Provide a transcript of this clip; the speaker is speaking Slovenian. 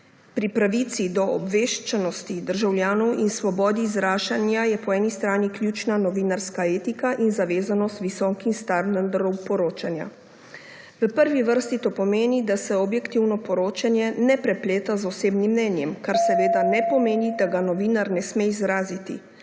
Pri pravici do obveščenosti državljanov in svobodi izražanja je po eni strani ključna novinarska etika in zavezanost visokim standardom poročanja. V prvi vrsti to pomeni, da se objektivno poročanje ne prepleta z osebnim mnenjem, kar seveda ne pomeni, da ga novinar ne sme izraziti.